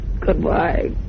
Goodbye